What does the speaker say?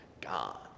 gone